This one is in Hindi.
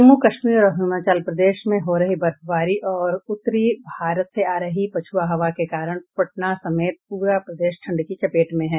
जम्मू कश्मीर और हिमाचल प्रदेश में हो रही बर्फबारी तथा उत्तरी भारत से आ रही पछ्आ हवा के कारण पटना समेत प्रा प्रदेश ठंड की चपेट में है